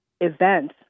event